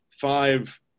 five